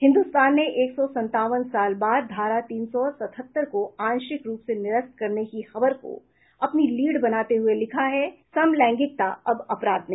हिन्दुस्तान ने एक सौ संतावन साल बाद धारा तीन सौ सतहत्तर को आंशिक रूप से निरस्त करने की खबर को अपनी लीड बनाते हुए लिखा है समलैंगिकता अब अपराध नहीं